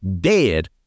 dead